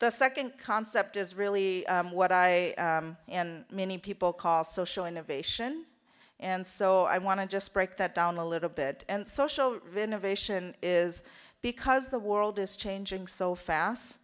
the second concept is really what i and many people call social innovation and so i want to just break that down a little bit and social innovation is because the world is changing so fast